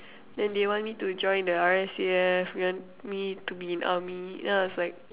then they want me to join the R_S_A_F want me to be in army then I was like